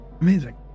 amazing